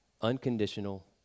unconditional